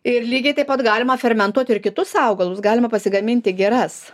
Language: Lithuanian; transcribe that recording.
ir lygiai taip pat galima fermentuot ir kitus augalus galima pasigaminti giras